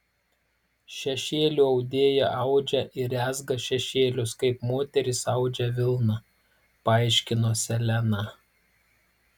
šešėlių audėja audžia ir rezga šešėlius kaip moterys audžia vilną paaiškino seleną